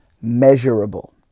measurable